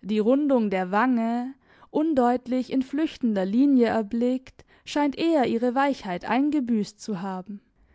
die rundung der wange undeutlich in flüchtender linie erblickt scheint eher ihre weichheit eingebüßt zu haben